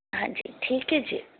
ਹਾਂਜੀ ਠੀਕ ਹੈ ਜੀ